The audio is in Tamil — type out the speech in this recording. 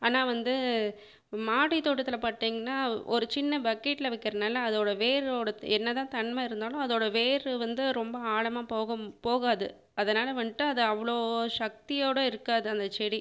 ஆனால் வந்து மாடி தோட்டத்தில் பார்த்தீங்கன்னா ஒரு சின்ன பக்கெட்டில் வைக்கிறனால அதோட வேரோட என்னதான் தன்மை இருந்தாலும் அதோட வேர் வந்து ரொம்ப ஆழமாக போகம் போகாது அதனால் வந்துட்டு அது அவ்வளோ சக்தியோட இருக்காது அந்த செடி